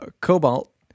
cobalt